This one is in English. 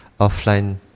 offline